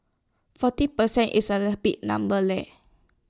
forty percent is A big number leh